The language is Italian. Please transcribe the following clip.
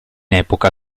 epoca